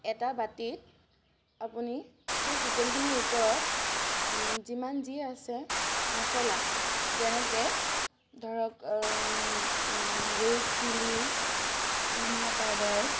এটা বাতিত আপুনি সেই চিকেনখিনিৰ ওপৰত যিমান যি আছে মছলা যেনেকৈ ধৰক ৰেড চিলি ধনিয়া পাউডাৰ